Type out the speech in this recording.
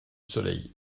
soleil